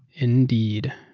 indeed.